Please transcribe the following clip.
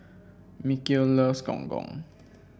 Mikel loves Gong Gong